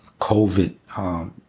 COVID